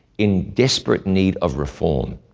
in desperate need of reform.